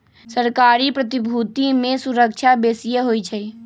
सरकारी प्रतिभूति में सूरक्षा बेशिए होइ छइ